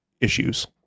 issues